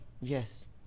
yes